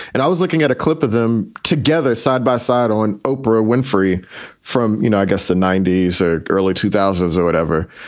and i was looking at a clip of them together side by side on oprah winfrey from, you know, i guess the ninety s or early two thousand s or whatever.